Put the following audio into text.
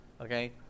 Okay